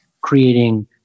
creating